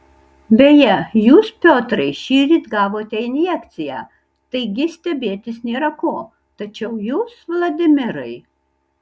beje jūs piotrai šįryt gavote injekciją taigi stebėtis nėra ko tačiau jūs vladimirai